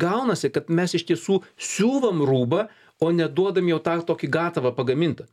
gaunasi kad mes iš tiesų siūlom rūbą o ne duodam jau tą tokį gatavą pagamintą